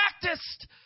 practiced